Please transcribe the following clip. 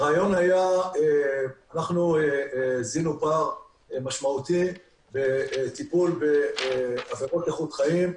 אנחנו זיהינו פער משמעותי בטיפול בעבירות איכות חיים,